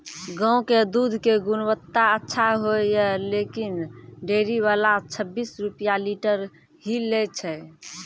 गांव के दूध के गुणवत्ता अच्छा होय या लेकिन डेयरी वाला छब्बीस रुपिया लीटर ही लेय छै?